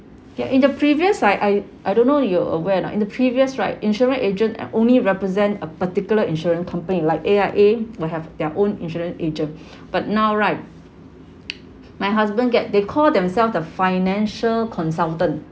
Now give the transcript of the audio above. ya in the previous I I I don't know you're aware or not in the previous right insurance agent only represent a particular insurance company like A_I_A will have their own insurance agent but now right my husband get they call themselves the financial consultant